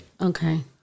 Okay